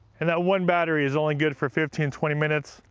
and that one battery is only good for fifteen, twenty minutes.